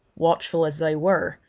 watchful as they were,